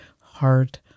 heart